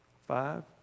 Five